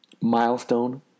Milestone